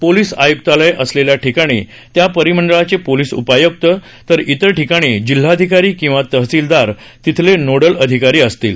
police आय्क्तालयं असलेल्या ठिकाणी त्या परिमंडळाचे पोलीस उपाय्क्त तर इतर ठिकाणी जिल्हाधिकारी किंवा तहसीलदार तिथले नोडल अधिकारी असतील